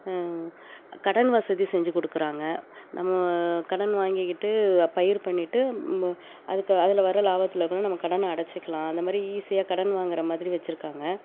கடன் வசதி செஞ்சு கொடுக்கறாங்க நம்ம கடன் வாங்கிக்கிட்டு பயிர் பண்ணிட்டு ம்பா அதுக்கு அதில் வர லாபத்தில் கூட நம்ம கடனை அடைச்சிக்கிலாம் அந்த மாதிரி ஈஸியாக கடன் வாங்குகிற மாதிரி வைச்சிருக்காங்க